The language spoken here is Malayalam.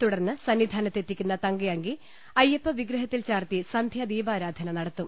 തുടർന്ന് സന്നിധാനത്ത് എത്തി ക്കുന്ന തങ്കയങ്കി അയ്യപ്പവിഗ്രഹത്തിൽ ചാർത്തി സന്ധ്യാ ദീപാരാധന നടത്തും